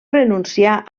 renuncià